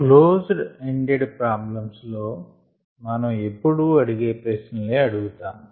closed ended problems లో మనం ఎప్పుడూ అడిగే ప్రశ్నలే అడుగుతాము